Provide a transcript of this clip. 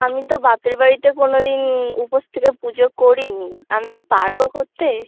আমি তো বাপের বাড়িতে কোনো দিন উপোস থেকে পুজো করি নি আমি কি পারবো করতে